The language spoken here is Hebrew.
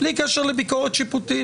בלי קשר לביקורת שיפוטית.